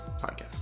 podcast